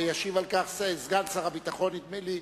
וישיב על כך סגן שר הביטחון, נדמה לי,